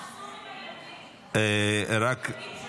אסור לילדים --- הלוואי.